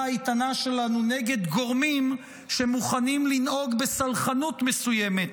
האיתנה שלנו נגד גורמים שמוכנים לנהוג בסלחנות מסוימת